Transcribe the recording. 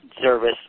Service